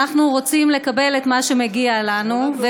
אנחנו רוצים לקבל את מה שמגיע לנו.